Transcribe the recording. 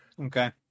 Okay